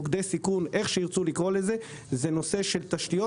מוקדי סיכון שיקראו לזה איך שירצו לקרוא לזה זה נושא של תשתיות,